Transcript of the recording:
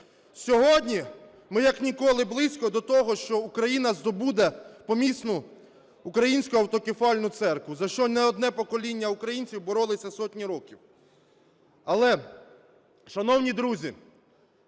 Сьогодні ми як ніколи близько до того, що Україна здобуде помісну українську автокефальну церкву, за що не одне покоління українців боролися сотні років. Але, шановні друзі,